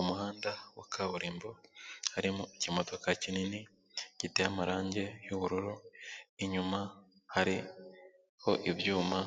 Umuhanda wa kaburimbo harimo ikimodoka kinini giteye amarange y'ubururu, inyuma hariho ibyuma,